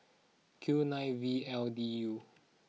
Q nine V L D U